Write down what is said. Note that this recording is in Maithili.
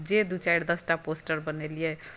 जे दू चारि दसटा पोस्टर बनेलियै